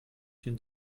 den